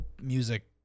music